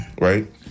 Right